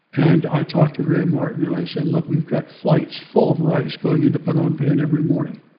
and i talked to graham martin and i said, look, we've got flights full of rice going into phnom penh every morning.